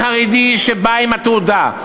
לחרדי שבא עם התעודה,